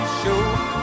show